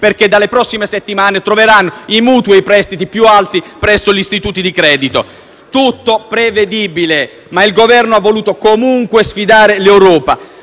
perché dalle prossime settimane troveranno i tassi per mutui e prestiti più alti presso gli istituti di credito. Tutto prevedibile, ma il Governo ha voluto comunque sfidare l'Europa